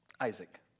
Isaac